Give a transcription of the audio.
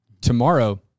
Tomorrow